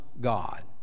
God